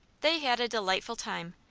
they had a delightful time.